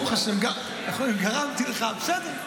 ברוך השם, איך אומרים, גרמתי לך, בסדר.